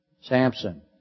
Samson